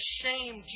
shame